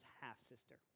half-sister